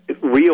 real